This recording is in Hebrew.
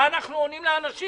מה אנחנו עונים לאנשים?